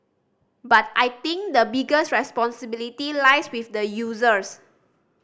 but I think the biggest responsibility lies with the users